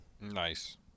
Nice